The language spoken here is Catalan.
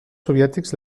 soviètics